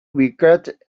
regretted